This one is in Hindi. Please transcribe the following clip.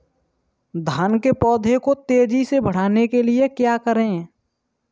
धान के पौधे को तेजी से बढ़ाने के लिए क्या करें?